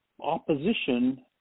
opposition